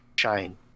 shine